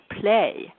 play